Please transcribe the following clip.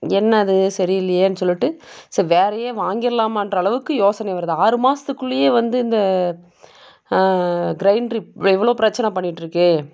என்னது சரியில்லியேன் சொல்லிட்டு சரி வேறேயே வாங்கிடலாமான்ற அளவுக்கு யோசனை வருது ஆறு மாதத்துக்குள்ளியே வந்து இந்த கிரைண்ட்ரு இவ்வளோ பிரச்சின பண்ணிகிட்ருக்கே